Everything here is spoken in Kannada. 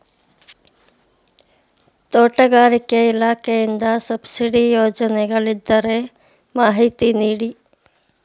ತೋಟಗಾರಿಕೆ ಇಲಾಖೆಯಿಂದ ಸಬ್ಸಿಡಿ ಯೋಜನೆಗಳಿದ್ದರೆ ಮಾಹಿತಿ ನೀಡಿ?